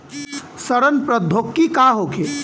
सड़न प्रधौगकी का होखे?